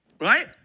right